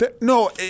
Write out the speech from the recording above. No